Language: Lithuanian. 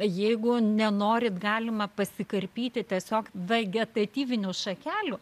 jeigu nenorit galima pasikarpyti tiesiog vegetatyvinių šakelių